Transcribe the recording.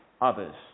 others